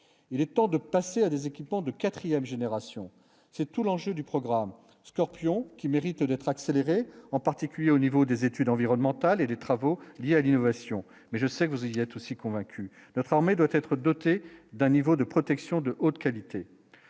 il est temps de passer à des équipements de 4ème génération, c'est tout l'enjeu du programme Scorpion qui mérite d'être accélérée. En particulier au niveau des études environnementales et les travaux liés à l'innovation, mais je sais que vous il y a tout aussi convaincus, notre armée doit être doté d'un niveau de protection de haute qualité,